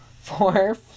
four